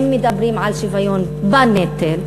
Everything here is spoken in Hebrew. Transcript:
אם מדברים על שוויון בנטל,